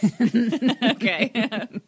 Okay